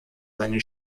seine